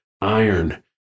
iron